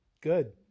good